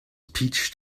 peach